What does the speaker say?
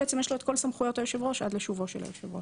יש לו את כל סמכויות היושב ראש עד לשובו של היושב ראש.